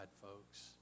folks